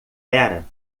era